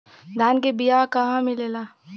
धान के बिया कहवा मिलेला?